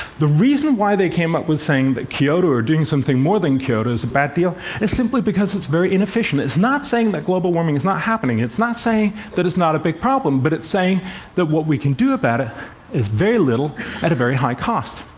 the reason why they came up with saying that kyoto or doing something more than kyoto is a bad deal is simply because it's very inefficient. it's not saying that global warming is not happening. it's not saying that it's not a big problem. but it's saying that what we can do about it is very little at a very high cost.